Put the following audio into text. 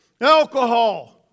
Alcohol